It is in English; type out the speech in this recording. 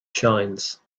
shines